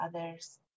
others